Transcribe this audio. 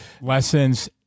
lessons